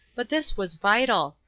but this was vital.